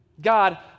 God